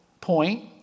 point